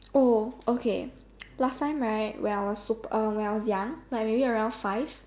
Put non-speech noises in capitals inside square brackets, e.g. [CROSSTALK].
oh okay [NOISE] last time right when I was sup~ uh when I was young like maybe around five